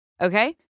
okay